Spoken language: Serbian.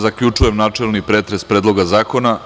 Zaključujem načelni pretres Predloga zakona.